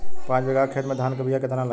पाँच बिगहा खेत में धान के बिया केतना लागी?